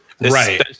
Right